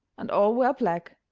and all were black,